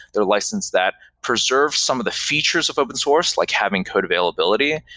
they're license that preserves some of the features of open source, like having code availability,